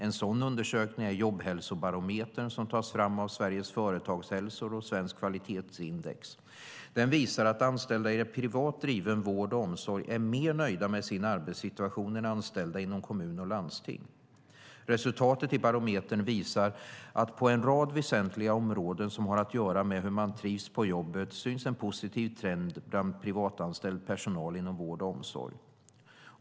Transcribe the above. En sådan undersökning är Jobbhälsobarometern som tas fram av Sveriges företagshälsor och Svenskt Kvalitetsindex. Den visar att anställda i privat driven vård och omsorg är mer nöjda med sin arbetssituation än anställda inom kommun och landsting. Resultatet i barometern visar att på en rad väsentliga områden som har att göra med hur man trivs på jobbet syns en positiv trend bland privatanställd personal inom vård och omsorg.